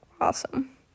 awesome